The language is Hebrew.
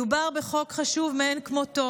מדובר בחוק חשוב מאין כמותו,